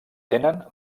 tenen